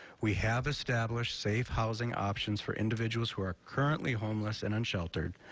we have established safe housing options for individuals who are currently homeless and unsheltered.